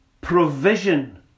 provision